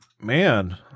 man